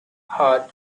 hard